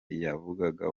yavugaga